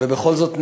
ובכל זאת נביא,